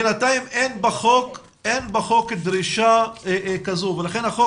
בינתיים בחוק אין דרישה כזו ולכן את החוק